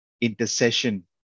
intercession